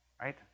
right